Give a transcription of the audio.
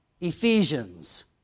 Ephesians